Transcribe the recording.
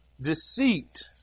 Deceit